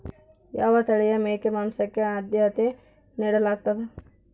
ಯಾವ ತಳಿಯ ಮೇಕೆ ಮಾಂಸಕ್ಕೆ, ಆದ್ಯತೆ ನೇಡಲಾಗ್ತದ?